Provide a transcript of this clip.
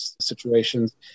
situations